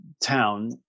town